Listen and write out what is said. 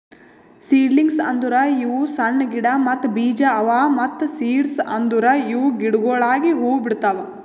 seedlings ಅಂದುರ್ ಇವು ಸಣ್ಣ ಗಿಡ ಮತ್ತ್ ಬೀಜ ಅವಾ ಮತ್ತ ಸೀಡ್ಸ್ ಅಂದುರ್ ಇವು ಗಿಡಗೊಳಾಗಿ ಹೂ ಬಿಡ್ತಾವ್